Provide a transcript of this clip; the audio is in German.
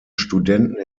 studenten